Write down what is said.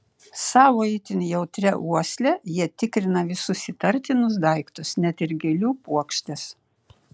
savo itin jautria uosle jie tikrina visus įtartinus daiktus net ir gėlių puokštes